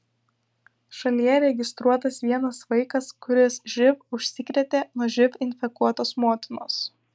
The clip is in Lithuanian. šalyje registruotas vienas vaikas kuris živ užsikrėtė nuo živ infekuotos motinos